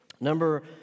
Number